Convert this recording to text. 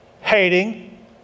hating